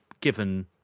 given